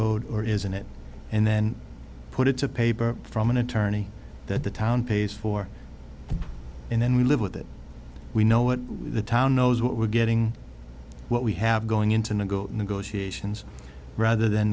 owed or isn't it and then put it to paper from an attorney that the town pays for and then we live with it we know what the town knows what we're getting what we have going into go negotiations rather than